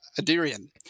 Adirian